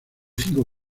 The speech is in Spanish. cinco